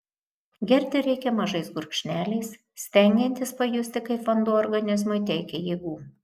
gerti reikia mažais gurkšneliais stengiantis pajusti kaip vanduo organizmui teikia jėgų